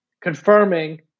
Confirming